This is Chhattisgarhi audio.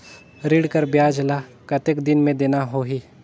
ऋण कर ब्याज ला कतेक दिन मे देना होही?